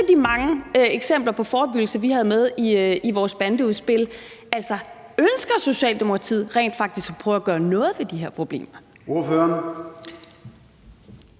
de mange eksempler på forebyggelse, vi havde med i vores bandeudspil. Altså, ønsker Socialdemokratiet rent faktisk at prøve at gøre noget ved de her problemer?